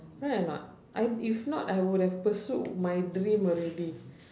right or not I if not I would have pursued my dream already